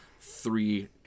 three